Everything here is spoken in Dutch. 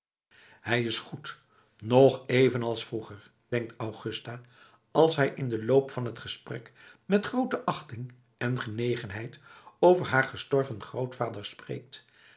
hij is goed nog evenals vroeger denkt augusta als hij in den loop van het gesprek met groote achting en genegenheid over haar gestorven grootvader spreekt